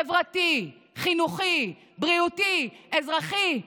חברתי, חינוכי, בריאותי, אזרחי.